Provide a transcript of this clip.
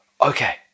okay